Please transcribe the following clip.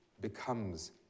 becomes